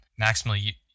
maximally